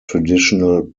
traditional